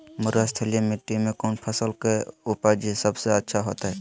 मरुस्थलीय मिट्टी मैं कौन फसल के उपज सबसे अच्छा होतय?